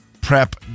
prep